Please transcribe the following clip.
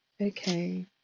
okay